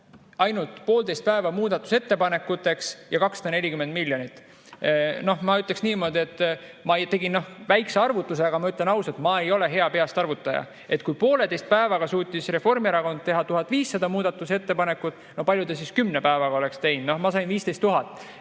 ainult poolteist päeva muudatusettepanekuteks ja 240 miljonit. Ma ütleks niimoodi, et ma tegin väikse arvutuse, aga ma ütlen ausalt, ma ei ole hea peast arvutaja. Kui poolteise päevaga suutis Reformierakond teha 1500 muudatusettepanekut, no palju ta siis kümne päevaga oleks teinud!? Ma sain 15 000.